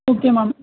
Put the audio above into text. okay ma'am